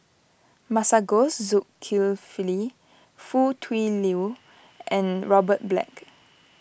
Masagos Zulkifli Foo Tui Liew and Robert Black